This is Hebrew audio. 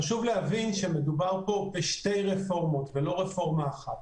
חשוב להבין שמדובר כאן בשתי רפורמות ולא ברפורמה אחת.